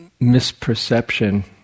misperception